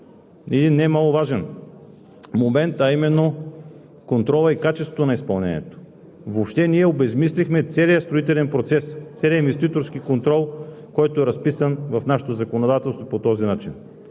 един немаловажен момент, а именно контролът и качеството на изпълнението. Въобще ние обезсмислихме целия строителен процес и целия инвеститорски контрол, който е разписан в нашето законодателство по този начин.